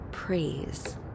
Praise